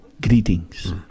greetings